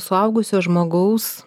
suaugusio žmogaus